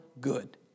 good